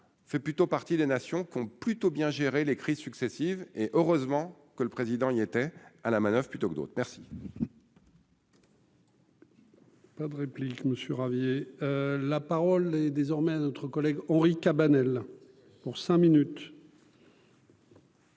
fait plutôt partie des nations qui ont plutôt bien géré les crises successives et heureusement que le président, il était à la manoeuvre, plutôt que d'autres, merci.